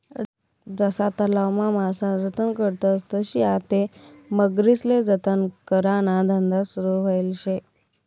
जशा तलावमा मासा जतन करतस तशी आते मगरीस्ले जतन कराना धंदा सुरू व्हयेल शे